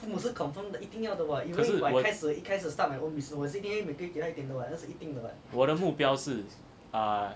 可是我我的目标是啊